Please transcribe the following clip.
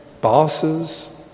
bosses